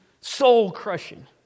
soul-crushing